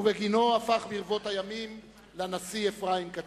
ובגינו הפך ברבות הימים לנשיא אפרים קציר.